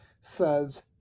says